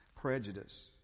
prejudice